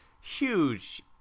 huge